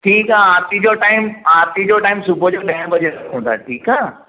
ठीकु आहे आरती जो टाइम आरती जो टाइम सुबूह जो ॾह बजे रखूं था ठीकु आहे